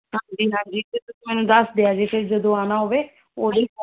ਹਾਂਜੀ ਹਾਂਜੀ ਅਤੇ ਤੁਸੀਂ ਮੈਨੂੰ ਦੱਸ ਦਿਆਜੇ ਫਿਰ ਜਦੋਂ ਆਉਣਾ ਹੋਵੇ ਉਦੋਂ ਹੀ